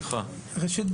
ראשית,